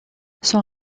son